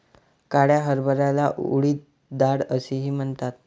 काळ्या हरभऱ्याला उडीद डाळ असेही म्हणतात